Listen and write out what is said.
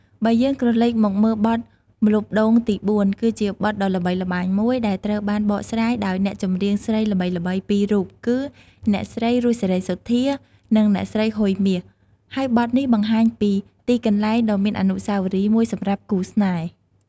បើយើងក្រឡេកមកមើលបទ ម្លប់ដូងទីបួន គឺជាបទដ៏ល្បីល្បាញមួយដែលត្រូវបានបកស្រាយដោយអ្នកចម្រៀងស្រីល្បីៗពីររូបគឺ អ្នកស្រី រស់ សេរីសុទ្ធា និង អ្នកស្រី ហ៊ុយ មាស ហើយបទនេះបង្ហាញពីទីកន្លែងដ៏មានអនុស្សាវរីយ៍មួយសម្រាប់គូស្នេហ៍។